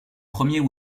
premier